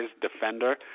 defender